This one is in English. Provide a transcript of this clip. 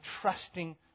trusting